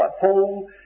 Paul